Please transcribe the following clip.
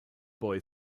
boy